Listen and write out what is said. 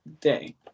day